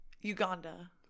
Uganda